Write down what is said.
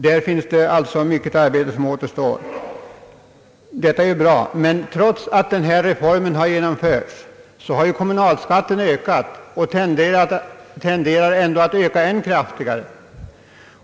Det är alltså mycket arbete som återstår. Men trots att denna reform genomförts har kommunalskatten ökat och tenderar att öka ännu kraftigare.